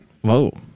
Whoa